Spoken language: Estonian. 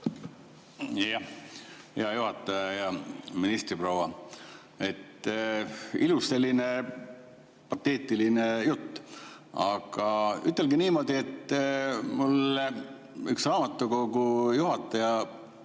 Hea juhataja! Hea ministriproua! Ilus selline pateetiline jutt. Aga ütelge niimoodi. Mulle üks raamatukogu juhataja